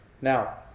Now